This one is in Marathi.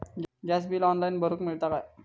गॅस बिल ऑनलाइन भरुक मिळता काय?